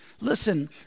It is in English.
Listen